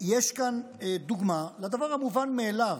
יש כאן דוגמה לדבר המובן מאליו.